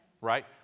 Right